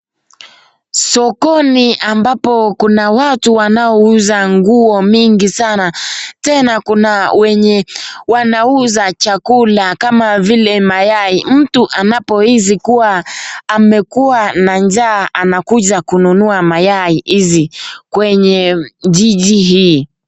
Sokoni ambapo kuna watu wanauza nguo mingi sana, tena kuna wenye wanauza chakula kama vile mayai mtu anapohisi kuwa amekuwa na njaa anakuja kununua mayai hizi kwenye jiji hii.